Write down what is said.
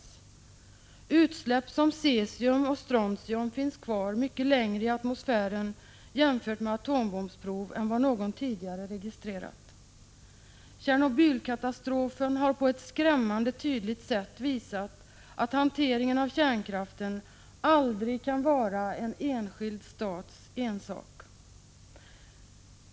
Efter sådana här utsläpp finns cesium och strontium kvar mycket längre i atmosfären, jämfört med atombombsprov, än man någonsin har registrerat. Tjernobylkatastrofen har på ett skrämmande tydligt sätt visat att hanteringen av kärnkraften aldrig kan vara en enskild stats ensak.